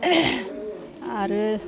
आरो